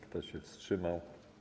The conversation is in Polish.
Kto się wstrzymał?